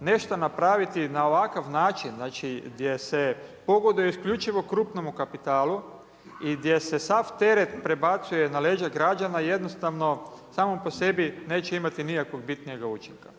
nešto napraviti na ovakav način, znači, gdje se pogoduje isključivo krupnome kapitalu i gdje se sav teret prebacuje na leđa građana, jednostavno, samo po sebi, neće imati bitnijeg učinka.